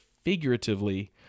figuratively